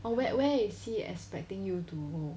but where where is he expecting you to go